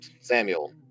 Samuel